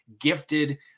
gifted